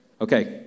Okay